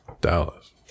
Dallas